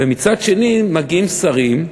ומצד שני מגיעים שרים,